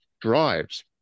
drives